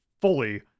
fully